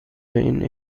این